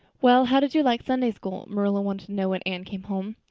well, how did you like sunday school? marilla wanted to know when anne came home.